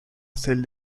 celle